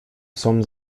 psom